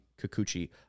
Kikuchi